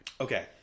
Okay